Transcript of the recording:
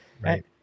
Right